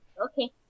okay